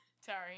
Sorry